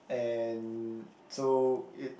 and so it